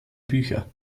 bücher